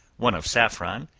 one of saffron,